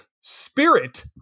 spirit